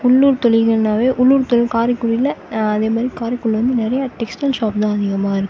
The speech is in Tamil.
உள்ளூர் தொழிலுனாலே உள்ளூர் தொழில் காரைக்குடியில் இதேமாரி காரைக்குடியில் வந்து நிறையா டெக்ஸ்ட்டைல் ஷாப் தான் அதிகமாக இருக்கு